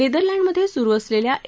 नेदरलंडमध्ये सुरू असलेल्या अ